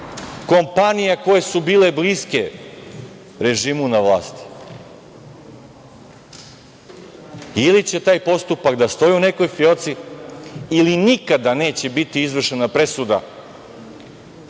kompanija koje su bile bliske režimu na vlasti, ili će taj postupak da stoji u nekoj fioci ili nikada neće biti izvršena presuda